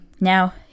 Now